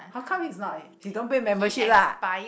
how come he is not leh he don't pay membership lah